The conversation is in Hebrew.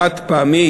חד-פעמית,